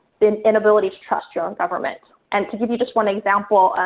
an inability to trust your own government. and to give you just one example,